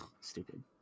Stupid